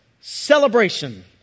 celebration